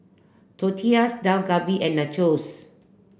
Tortillas Dak Galbi and Nachos